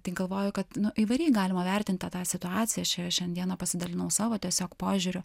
tai galvoju kad įvairiai galima vertinti tą situaciją šiandieną pasidalinau savo tiesiog požiūriu